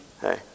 Hey